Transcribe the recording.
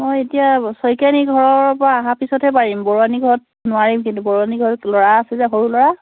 মই এতিয়া শইকীয়ানী ঘৰৰ পৰা অহাৰ পিছতহে পাৰিম বৰুৱানী ঘৰত নোৱাৰিম কিন্তু বৰুৱানী ঘৰত ল'ৰা আছে যে সৰু ল'ৰা